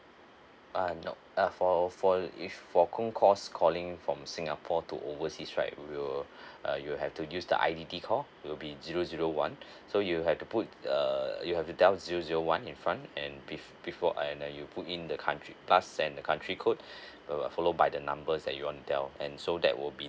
uh no uh for for if for phone calls calling from singapore to overseas right we'll uh you'll have to use the I_D_D call will be zero zero one so you have to put uh you have to dial zero zero one in front and bef~ before and then you put in the country plus and the country code so uh followed by the numbers that you wanna dial and so that will be